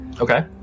Okay